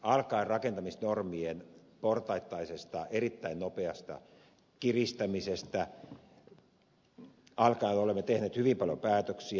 alkaen rakentamisnormien portaittaisesta erittäin nopeasta kiristämisestä olemme tehneet hyvin paljon päätöksiä